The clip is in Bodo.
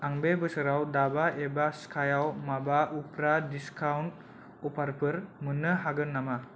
आं बे बोसोराव दाबा एबा सिखायाव माबा उफ्रा डिसकाउन्ट अफारफोर मोननो हागोन नामा